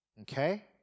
okay